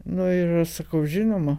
nu ir aš sakau žinoma